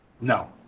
No